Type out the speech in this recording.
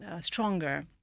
stronger